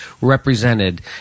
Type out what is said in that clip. represented